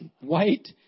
white